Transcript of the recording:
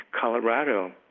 Colorado